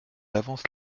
avance